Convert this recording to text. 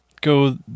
go